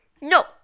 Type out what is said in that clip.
No